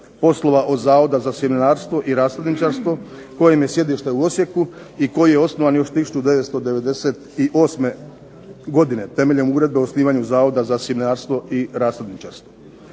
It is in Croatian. poslova od Zavoda za sjemenarstvo i rasadničarstvo, kojem je sjedište u Osijeku, i koji je osnovan još 1998. godine temeljem uredbe o osnivanju Zavoda za sjemenarstvo i rasadničarstvo.